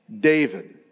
David